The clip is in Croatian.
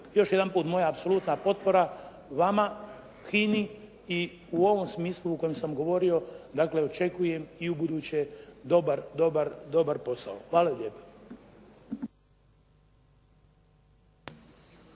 još jedanput moja apsolutna potpora vama, HINA-i i u ovom smislu u kojem sam govorio dakle očekujem i u buduće dobar posao. Hvala lijepo.